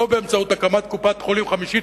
לא באמצעות הקמת קופת-חולים חמישית,